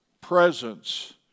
presence